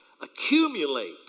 accumulate